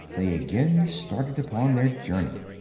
they again started upon their journey.